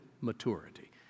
maturity